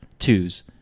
twos